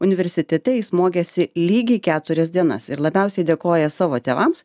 universitete jis mokėsi lygiai keturias dienas ir labiausiai dėkoja savo tėvams